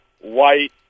white